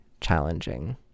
challenging